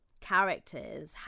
characters